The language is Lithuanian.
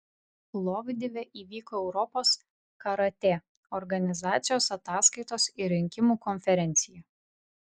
plovdive įvyko europos karatė organizacijos ataskaitos ir rinkimų konferencija